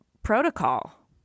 protocol